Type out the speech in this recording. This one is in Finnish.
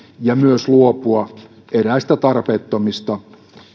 ja myös luopua eräistä tarpeettomista